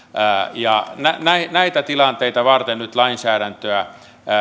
ja näitä tilanteita varten nyt lainsäädäntöä